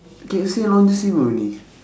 K_F_C all the same only